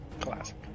Classic